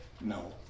No